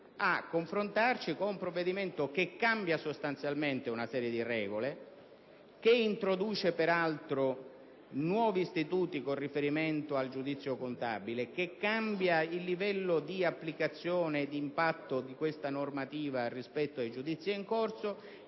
a confrontarci con un provvedimento che cambia sostanzialmente una serie di regole, che introduce peraltro nuovi istituti con riferimento al giudizio contabile, che cambia il livello di applicazione e di impatto della normativa rispetto ai giudizi in corso.